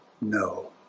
no